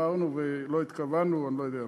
אמרנו, לא התכוונו, אני לא יודע מה.